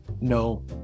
No